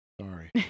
Sorry